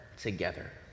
together